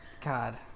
God